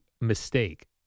mistake